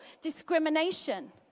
discrimination